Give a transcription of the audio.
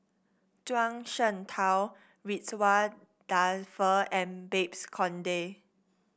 Zhuang Shengtao Ridzwan Dzafir and Babes Conde